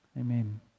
Amen